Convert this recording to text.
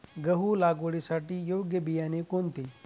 गहू लागवडीसाठी योग्य बियाणे कोणते?